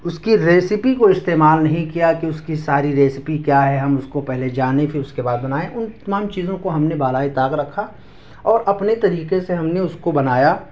اس کی ریسیپی کو استعمال نہیں کیا کہ اس کی ساری ریسیپی کیا ہے ہم اس کو پہلے جانیں پھر اس کے بعد بنائیں ان تمام چیزوں کو ہم نے بالائے طاق رکھا اور اپنے طریقے سے ہم نے اس کو بنایا